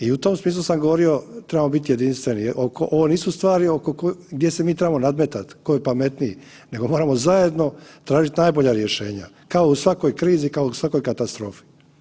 I u tom smislu sam govorio trebamo biti jedinstveni, ovo nisu stvari gdje se mi trebamo nadmetat tko je pametniji nego moramo zajedno tražiti najbolja rješenja kao u svakoj krizi, svakoj katastrofi.